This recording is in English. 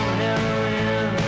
heroin